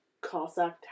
Cossack